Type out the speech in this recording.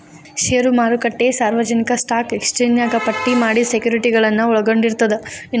ಷೇರು ಮಾರುಕಟ್ಟೆ ಸಾರ್ವಜನಿಕ ಸ್ಟಾಕ್ ಎಕ್ಸ್ಚೇಂಜ್ನ್ಯಾಗ ಪಟ್ಟಿ ಮಾಡಿದ ಸೆಕ್ಯುರಿಟಿಗಳನ್ನ ಒಳಗೊಂಡಿರ್ತದ